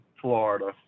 Florida